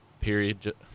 period